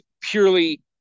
purely